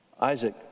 Isaac